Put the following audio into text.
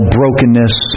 brokenness